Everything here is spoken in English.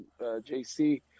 JC